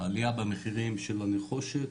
העלייה במחירים של הנחושת,